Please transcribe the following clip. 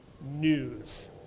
news